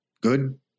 good